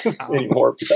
anymore